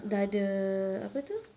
dah ada apa tu